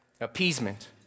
appeasement